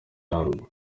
yarwo